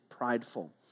prideful